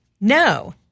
No